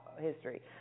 history